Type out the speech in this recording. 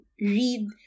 read